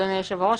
אדוני היושב-ראש,